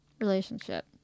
relationship